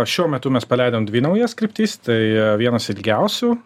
šiuo metu mes paleidom dvi naujas kryptis tai vienas ilgiausių